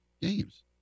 games